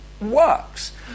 works